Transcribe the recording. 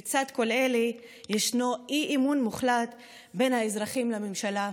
לצד כל אלה יש אי-אמון מוחלט בין האזרחים לממשלה.